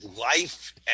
life